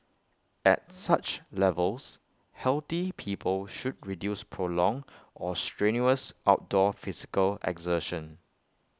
at such levels healthy people should reduce prolonged or strenuous outdoor physical exertion